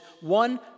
one